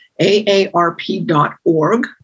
AARP.org